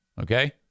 Okay